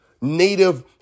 native